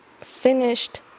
finished